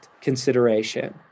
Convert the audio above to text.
consideration